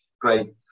Great